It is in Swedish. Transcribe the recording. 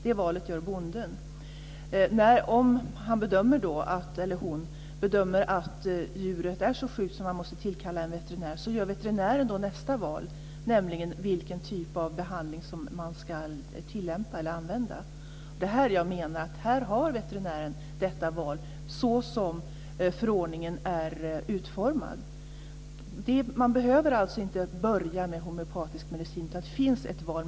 Det valet gör bonden. Om han eller hon bedömer att djuret är så sjukt att man måste tillkalla en veterinär gör veterinären nästa val, nämligen vilken behandlingsmetod som ska användas. Jag menar att veterinären har detta val så som förordningen är utformad. Man behöver alltså inte börja med homeopatisk medicin. Det finns ett val.